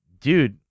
dude